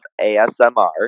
ASMR